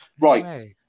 Right